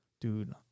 dude